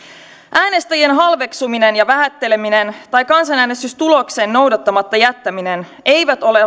äänestäjien halveksuminen ja vähätteleminen tai kansanäänestystuloksen noudattamatta jättäminen eivät ole